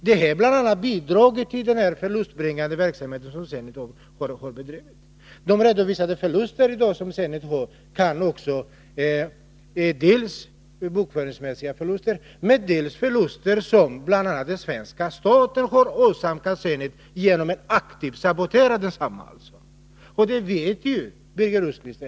Det har bl.a. bidragit till den förlustbringande verksamhet som Zenit har haft. De redovisade förluster som Zenit har i dag är dels bokföringsmässiga förluster, dels förluster som bl.a. svenska staten har åsamkat företaget genom att aktivt sabotera det. Och detta vet Birger Rosqvist.